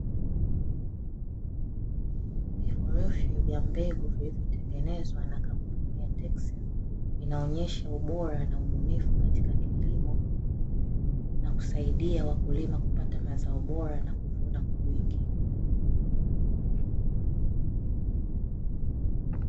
Vifurushi vya mbegu vilivyotengenewa na kampuni ya texi inaonyesha ubora na ubunifu katika kilimo na kusaidia wakulima kupata mazao bora na kuvuna kwa wingi.